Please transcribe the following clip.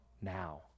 now